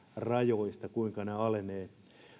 rajoista kuinka ne alenevat